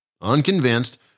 Unconvinced